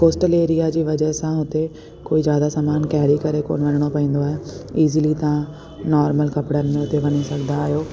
coastal area जी वज़ह सां हुते कोई जादा सामान कैरी करे कोन्ह वञिणो पंवंदो आहे ईज़िली तव्हां नॉर्मल कपिड़न में उते वञी सघंदा आहियो